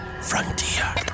Frontier